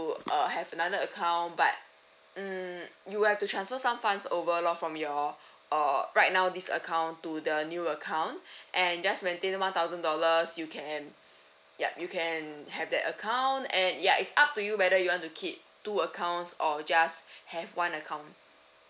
err have another account but mm you have to transfer some funds over lor from your uh right now this account to the new account and just maintain one thousand dollars you can yup you can have that account and ya it's up to you whether you want to keep two accounts or just have one account